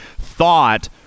thought